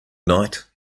night